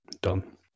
Done